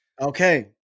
Okay